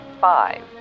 five